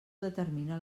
determina